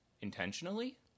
intentionally